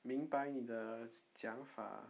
明白你的想法